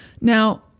Now